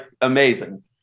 amazing